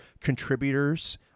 contributors